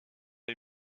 les